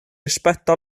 rispetto